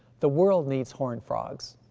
the world needs horned frogs.